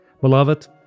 Beloved